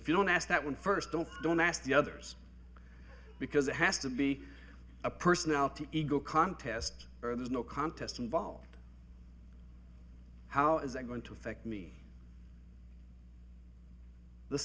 if you don't ask that one first don't don't ask the others because it has to be a personality ego contest or there's no contest involved how is it going to affect me the